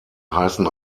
heißen